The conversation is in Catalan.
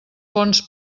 fons